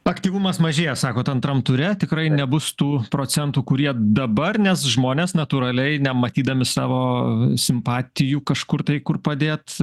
aktyvumas mažėja sakot antram ture tikrai nebus tų procentų kurie dabar nes žmonės natūraliai nematydami savo simpatijų kažkur tai kur padėt